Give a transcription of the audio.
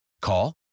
Call